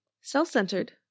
self-centered